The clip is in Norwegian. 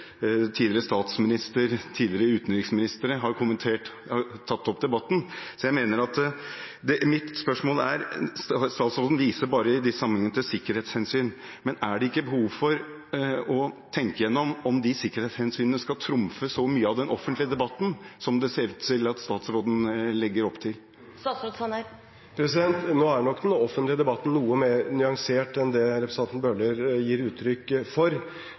Mitt spørsmål er: Er det ikke behov for å tenke igjennom om de sikkerhetshensynene skal trumfe så mye av den offentlige debatten som det ser ut til at statsråden legger opp til? Nå er nok den offentlige debatten noe mer nyansert enn det representanten Bøhler gir uttrykk for.